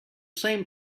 same